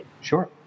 Sure